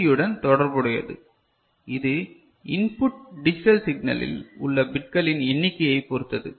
B யுடன் தொடர்புடையது இது இன்புட் டிஜிட்டல் சிக்னலில் உள்ள பிட்களின் எண்ணிக்கையைப் பொறுத்தது